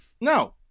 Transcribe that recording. No